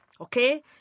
Okay